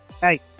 hey